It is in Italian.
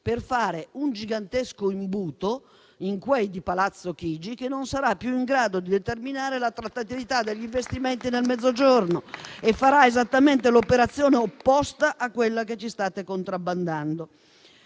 per fare un gigantesco imbuto, in quel di Palazzo Chigi, che non sarà più in grado di determinare l'attrattività degli investimenti nel Mezzogiorno e farà esattamente l'operazione opposta a quella che ci state contrabbandando.